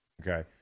Okay